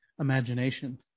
imagination